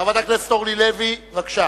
חברת הכנסת אורלי לוי, בבקשה.